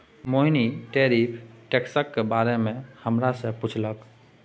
मोहिनी tariff टैक्सक बारे मे हमरा सँ पुछलक